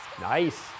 Nice